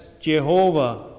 Jehovah